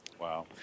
Wow